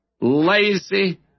lazy